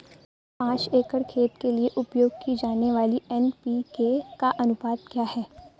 पाँच एकड़ खेत के लिए उपयोग की जाने वाली एन.पी.के का अनुपात क्या है?